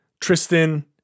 Tristan